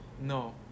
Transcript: No